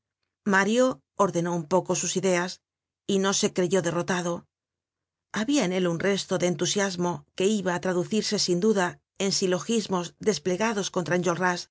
mario ordenó un poco sus ideas y no se creyó derrotado habia en él un resto de entusiasmo que iba á traducirse sin duda en silogismos desplegados contra